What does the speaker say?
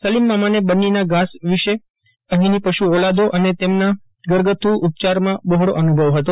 સલીમ મામાને બન્નીના ઘાસ વિશે અફીંની પશુ ઓલાદો અને તેમના ઘરગથ્થુ ઉપચારમાં બહોળો અનુભવ હતો